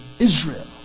Israel